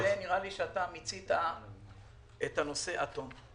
נראה לי שמיצית את הנושא עד תום.